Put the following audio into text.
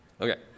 Okay